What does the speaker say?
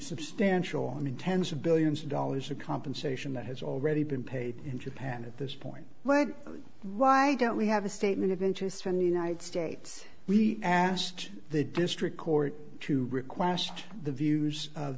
substantial and in tens of billions of dollars of compensation that has already been paid in japan at this point lead why don't we have a statement of interest from the united states we asked the district court to request the views of